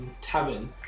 Tavern